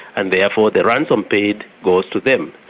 and therefore the ransom paid goes to them.